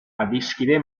adiskide